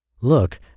Look